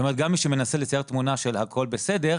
זאת אומרת גם מי שמנסה לצייר תמונה של הכול בסדר,